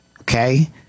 Okay